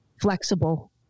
flexible